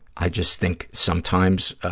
i just think sometimes